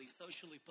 socially